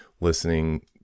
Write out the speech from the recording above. listening